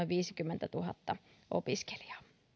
viisikymmentätuhatta opiskelijaa